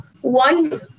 one